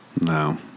No